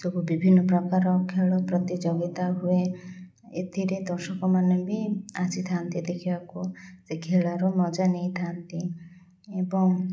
ସବୁ ବିଭିନ୍ନ ପ୍ରକାର ଖେଳ ପ୍ରତିଯୋଗିତା ହୁଏ ଏଥିରେ ଦର୍ଶକମାନେ ବି ଆସିଥାନ୍ତି ଦେଖିବାକୁ ସେ ଖେଳରୁ ମଜା ନେଇଥାନ୍ତି ଏବଂ